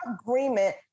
agreement